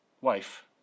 Wife